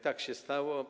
Tak się stało.